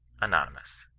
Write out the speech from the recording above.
anonymous.